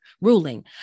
ruling